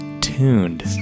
tuned